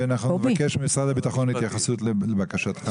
לבקש ממשרד הביטחון התייחסות לבקשתך.